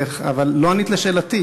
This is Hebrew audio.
אבל לא ענית על שאלתי.